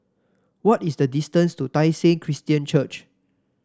what is the distance to Tai Seng Christian Church